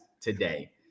today